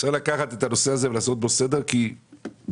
צריך לקחת את הנושא הזה ולעשות בו סדר כי לטעמי,